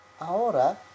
Ahora